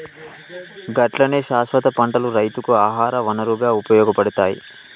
గట్లనే శాస్వత పంటలు రైతుకు ఆహార వనరుగా ఉపయోగపడతాయి